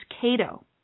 Cato